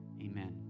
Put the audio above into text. amen